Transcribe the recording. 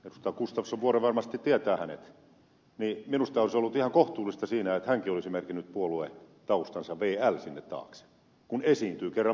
gustafsson vuorenvarmasti tietää hänet ja minusta olisi ollut ihan kohtuullista siinä että hänkin olisi merkinnyt puoluetaustansa sinne taakse kun esiintyy kerran professorina